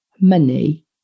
money